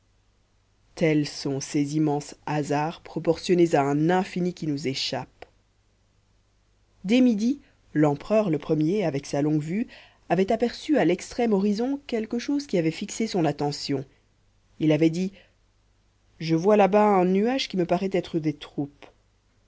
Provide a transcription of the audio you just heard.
tels sont ces immenses hasards proportionnés à un infini qui nous échappe dès midi l'empereur le premier avec sa longue-vue avait aperçu à l'extrême horizon quelque chose qui avait fixé son attention il avait dit je vois là-bas un nuage qui me paraît être des troupes